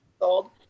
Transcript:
old